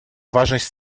важность